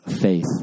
faith